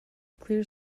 clear